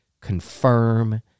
confirm